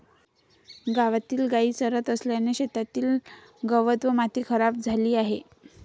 गावातील गायी चरत असल्याने शेतातील गवत व माती खराब झाली आहे